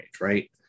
right